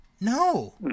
No